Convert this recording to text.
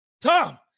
Tom